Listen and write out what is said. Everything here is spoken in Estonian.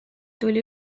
tuli